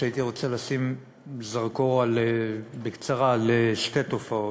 הייתי רוצה לשים זרקור בקצרה על שתי תופעות.